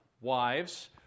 wives